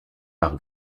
par